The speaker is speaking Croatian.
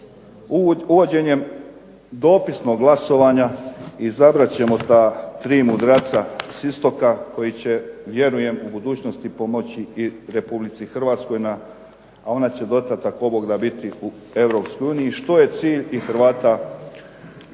uvođenjem dopisnog glasovanja, izabrat ćemo ta tri mudraca s istoka koji će vjerujem u budućnosti pomoći i Republici Hrvatskoj na, a ona će do tada ako Bog da biti u Europskoj uniji, što je cilj i Hrvata Bosne